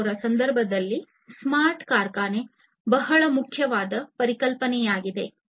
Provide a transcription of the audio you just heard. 0 ರ ಸಂದರ್ಭದಲ್ಲಿ ಸ್ಮಾರ್ಟ್ ಕಾರ್ಖಾನೆ ಬಹಳ ಮುಖ್ಯವಾದ ಪರಿಕಲ್ಪನೆಯಾಗಿದೆ